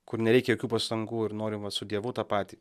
kur nereikia jokių pastangų ir norim vat su dievu tą patį